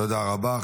תודה רבה.